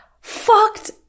fucked